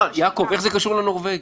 יעקב, איך זה קשור לנורבגי?